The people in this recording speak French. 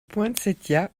poinsettias